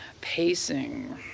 pacing